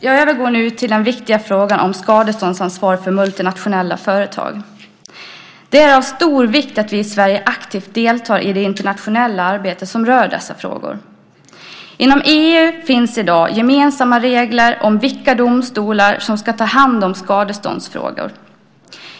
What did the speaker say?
Jag övergår nu till den viktiga frågan om skadeståndsansvar för multinationella företag. Det är av stor vikt att vi i Sverige aktivt deltar i det internationella arbete som rör dessa frågor. Inom EU finns i dag gemensamma regler om vilka domstolar som ska ta hand om skadeståndsfrågor.